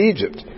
Egypt